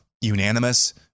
Unanimous